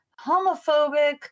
homophobic